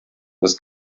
das